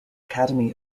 academy